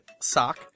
Sock